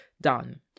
done